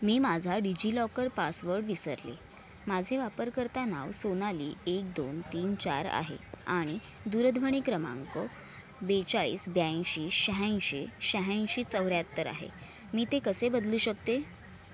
मी माझा डिजिलॉकर पासवर्ड विसरले माझे वापरकर्ता नाव सोनाली एक दोन तीन चार आहे आणि दूरध्वनी क्रमांक बेचाळीस ब्याऐंशी शहाऐंशी शहाऐंशी चौऱ्याहत्तर आहे मी ते कसे बदलू शकते